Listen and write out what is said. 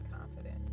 confident